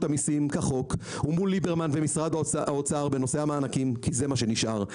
המיסים כחוק ומול ליברמן ומשרד האוצר בנושא המענקים כי זה מה שנשאר.